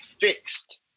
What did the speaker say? fixed